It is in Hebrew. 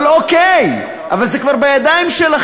אבל אוקיי, אבל זה כבר בידיים שלכם,